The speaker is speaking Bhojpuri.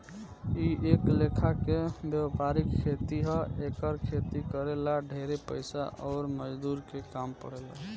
इ एक लेखा के वायपरिक खेती ह एकर खेती करे ला ढेरे पइसा अउर मजदूर के काम पड़ेला